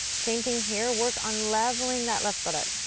same thing here, work on leveling that left buttock.